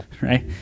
right